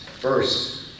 First